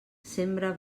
sembra